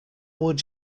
would